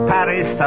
Paris